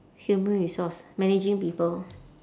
human resource managing people